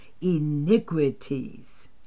iniquities